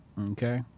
Okay